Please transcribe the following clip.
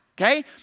okay